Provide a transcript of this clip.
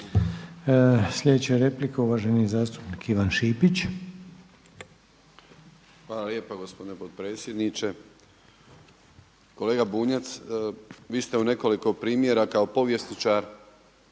Sljedeća replika, uvaženi zastupnik Ivan Šipić. **Šipić, Ivan (HDZ)** Hvala lijepa gospodine potpredsjedniče. Kolega Bunjac, vi ste u nekoliko primjeraka kao povjesničar